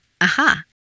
Aha